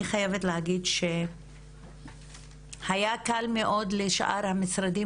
אני חייבת להגיד שהיה קל מאוד לשאר המשרדים